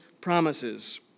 promises